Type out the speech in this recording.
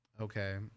Okay